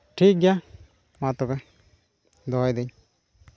ᱴᱷᱤᱠ ᱜᱮᱭᱟ ᱢᱟ ᱛᱚᱵᱮ ᱫᱚᱦᱚᱭ ᱫᱟᱹᱧ